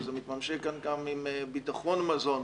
שזה מתממשק גם כאן עם ביטחון מזון,